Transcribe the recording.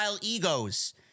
egos